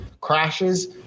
crashes